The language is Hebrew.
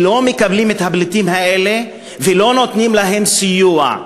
שלא מקבלות את הפליטים האלה ולא נותנות להם סיוע.